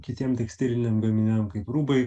kitiem tekstiliniam gaminiam kaip rūbai